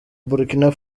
burkina